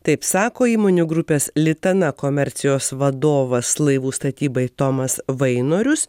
taip sako įmonių grupės litana komercijos vadovas laivų statybai tomas vainorius